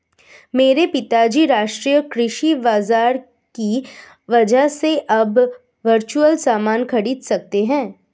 मेरे पिताजी राष्ट्रीय कृषि बाजार की वजह से अब वर्चुअल सामान खरीद सकते हैं